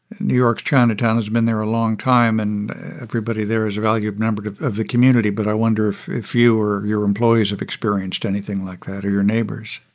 new york's chinatown has been there a long time, and everybody there is a valued member of the community. but i wonder if if you or your employees have experienced anything like that or your neighbors?